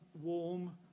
Warm